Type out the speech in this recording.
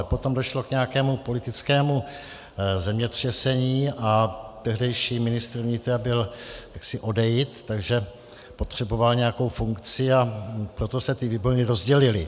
Ale potom došlo k nějakému politickému zemětřesení a tehdejší ministr vnitra byl jaksi odejit, takže potřeboval nějakou funkci, a proto se ty výbory rozdělily.